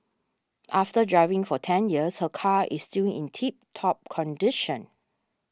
after driving for ten years her car is still in tip top condition